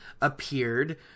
appeared